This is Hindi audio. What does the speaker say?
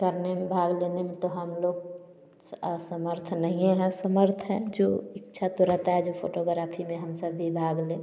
तरने में भाग लेने में तो हम लोग स असमर्थ नहीं है समर्थ है जो इच्छा तो रहता है जो फोटोग्राफी में हम सब भी भाग ले